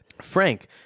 Frank